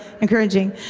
encouraging